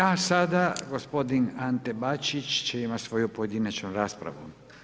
A sada gospodin Ante Bačić će imati svoju pojedinačnu raspravu.